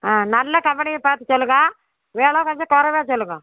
ஆ நல்ல கம்பெனியாக பார்த்து சொல்லுங்கள் வில கொஞ்சம் குறைவா சொல்லுங்கள்